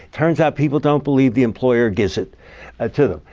turns out people don't believe the employer gives it ah to them.